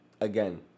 again